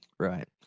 Right